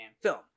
film